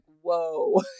whoa